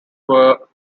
were